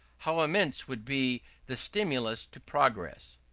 how immense would be the stimulus to progress!